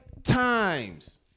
times